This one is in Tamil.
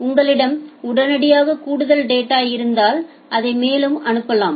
உங்களிடம் உடனடியாக கூடுதல் டேட்டா இருந்தால் அதை மேலும் அனுப்பலாம்